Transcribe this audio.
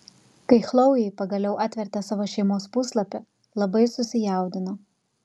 kai chlojė pagaliau atvertė savo šeimos puslapį labai susijaudino